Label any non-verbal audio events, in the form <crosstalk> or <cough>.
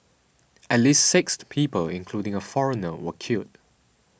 <noise> at least six people including a foreigner were killed